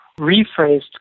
rephrased